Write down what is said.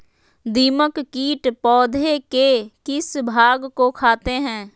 दीमक किट पौधे के किस भाग को खाते हैं?